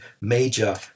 major